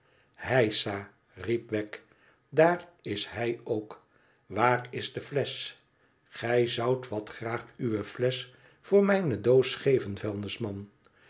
heisa riep wegg tdaar is hij ook waar is de flesch gij zoudt wat graas uwe flesch voor mijne doos geven vuilnisman